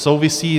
Souvisí.